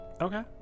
Okay